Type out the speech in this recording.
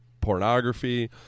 pornography